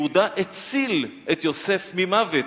יהודה הציל את יוסף ממוות,